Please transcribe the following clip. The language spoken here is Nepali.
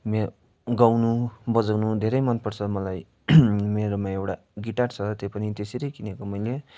मेरो गाउनु बजाउनु धेरै मन पर्छ मलाई मेरोमा एउटा गिटार छ त्यो पनि त्यसरी किनेको मैले